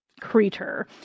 creature